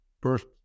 first